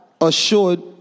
assured